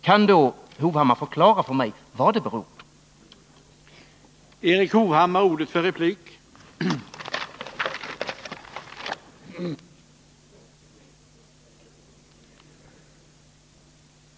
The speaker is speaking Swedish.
Kan Erik Hovhammar förklara för mig vad det beror på?